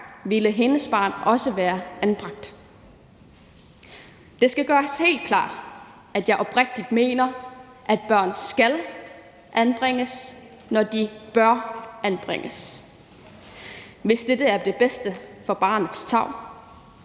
ville hendes barn også være blevet anbragt. Det skal gøres helt klart, at jeg oprigtigt mener, at børn skal anbringes, når de bør anbringes, altså hvis det er det bedste for barnets tarv.